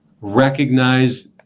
recognize